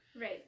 Right